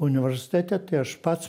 universitete tai aš pats